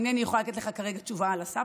אינני יכולה כרגע לתת לך תשובה על הסף.